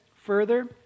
further